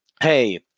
Hey